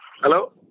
Hello